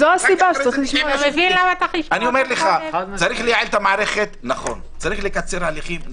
צריך לייעל את המערכת, לקצר הליכים.